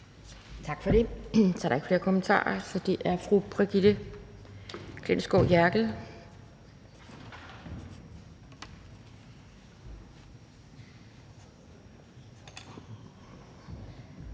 Tak for det. Der er ikke flere kommentarer, så nu er det fru Brigitte Klintskov Jerkel.